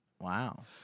wow